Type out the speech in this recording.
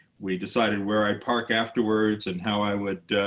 we decided where i'd park afterwards and how i would